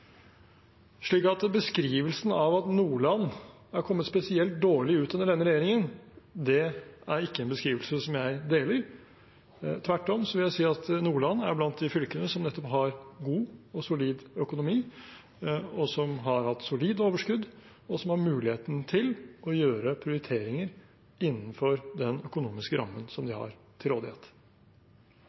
Slik at beskrivelsen av at Nordland har kommet spesielt dårlig ut under denne regjeringen, er ikke en beskrivelse som jeg deler. Tvert om vil jeg si at Nordland er blant de fylkene som nettopp har god og solid økonomi, som har hatt solid overskudd, og som har muligheten til å gjøre prioriteringer innenfor den økonomiske rammen som de har til rådighet.